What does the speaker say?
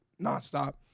nonstop